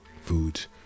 foods